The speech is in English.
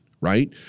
right